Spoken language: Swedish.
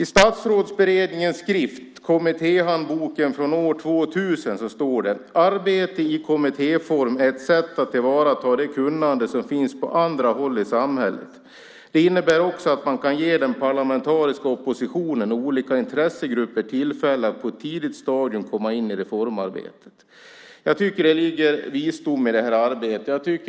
I statsrådsberedningens skrift Kommittéhandboken från år 2000 står: "Arbete i kommittéform är ett sätt att tillvarata det kunnande som finns på andra håll i samhället. Det innebär också att man kan ge den parlamentariska oppositionen och olika intressegrupper tillfälle att på ett tidigt stadium komma in i reformarbetet." Jag tycker att det ligger visdom i detta.